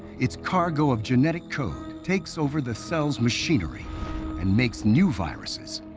its cargo of genetic code takes over the cell's machinery and makes new viruses,